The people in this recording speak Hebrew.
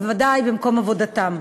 ובוודאי במקום עבודתן.